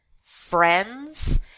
friends